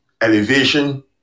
elevation